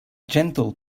gentle